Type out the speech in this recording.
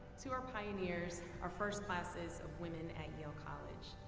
to our pioneers, our first classes of women at yale college,